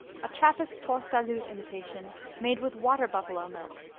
a trappist port-salut imitation made with water-buffalo milk,